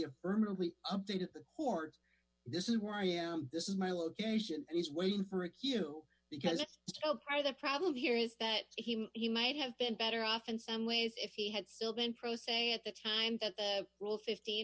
affirmatively updated the court this is where i am this is my location and he's waiting for a cue because it's ok the problem here is that he might have been better off in some ways if he had still been prostate at the time that the rule fifteen